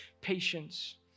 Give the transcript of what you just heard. patience